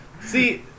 See